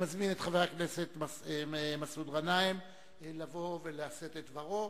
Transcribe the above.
אני מזמין את חבר הכנסת מסעוד גנאים לבוא ולשאת את דברו.